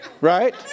Right